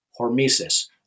Hormesis